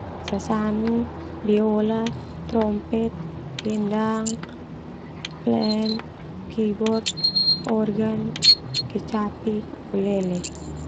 Sasanu, biola, trompet, gendang, plan, keyboard, orgen, kecapi, ukulele.